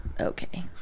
okay